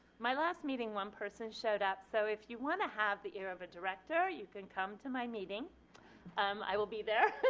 my last meeting one person showed up so if you want to have the ear of a director you can come to my meeting um i will be there.